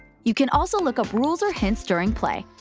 you can also look up rules or hints during play,